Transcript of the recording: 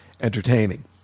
entertaining